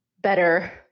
better